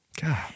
God